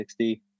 60